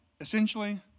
essentially